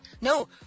No